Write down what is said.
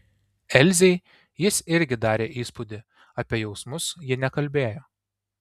elzei jis irgi darė įspūdį apie jausmus ji nekalbėjo